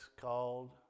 called